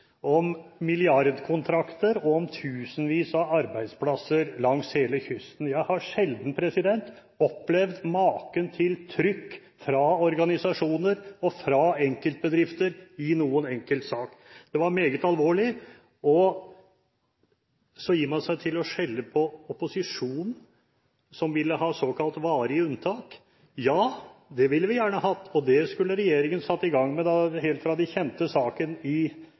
om milliardkontrakter og om tusenvis av arbeidsplasser langs hele kysten. Jeg har sjelden opplevd maken til trykk fra organisasjoner og fra enkeltbedrifter i noen enkelt sak. Det var meget alvorlig, og så gir man seg til å skjelle ut opposisjonen som ville ha såkalte varige unntak. Ja, det ville vi gjerne hatt, og det skulle regjeringen satt i gang med helt fra man kjente saken